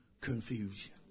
confusion